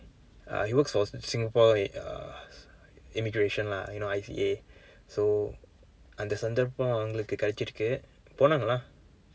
uh he works for Singapore in uh immigration lah you know I_C_A so அந்த சந்தர்ப்பம் அவங்களுக்கு கிடைத்தது போனாங்க:antha santharppam avankalukku kidaithathu ponaanka lah